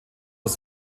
das